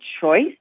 choice